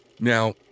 Now